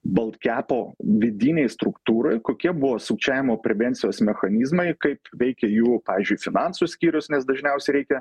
bolt kepo vidinėj struktūroj kokie buvo sukčiavimo prevencijos mechanizmai kaip veikia jų pavyzdžiui finansų skyrius nes dažniausiai reikia